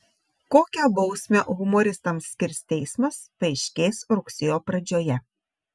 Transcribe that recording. kokią bausmę humoristams skirs teismas paaiškės rugsėjo pradžioje